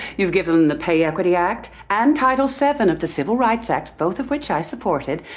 you've given them the pay equity act and title seven of the civil rights act, both of which i supported.